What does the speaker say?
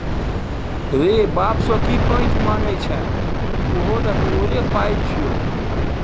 रे बाप सँ की पैंच मांगय छै उहो तँ तोरो पाय छियौ